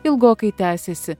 ilgokai tęsėsi